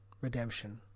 Redemption